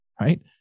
right